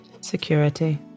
security